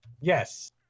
Yes